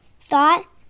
thought